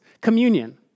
communion